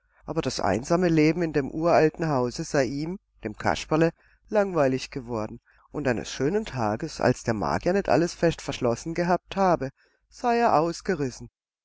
aber das einsame leben in dem uralten hause sei ihm dem kasperle langweilig geworden und eines schönen tages als der magier nicht alles fest verschlossen gehabt habe sei er ausgerissen